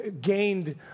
gained